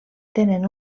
tenen